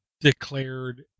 declared